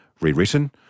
rewritten